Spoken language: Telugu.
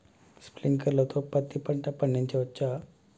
స్ప్రింక్లర్ తో పత్తి పంట పండించవచ్చా?